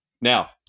Now